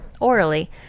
orally